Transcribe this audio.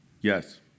yes